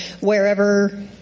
wherever